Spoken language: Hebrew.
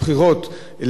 הוא חייב חקיקה.